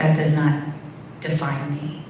and does not define me.